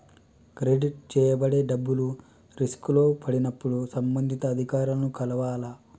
credit చేయబడే డబ్బులు రిస్కులో పడినప్పుడు సంబంధిత అధికారులను కలవాలి